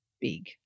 big